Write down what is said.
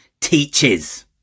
teaches